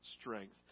strength